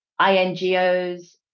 INGOs